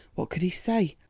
what could he say?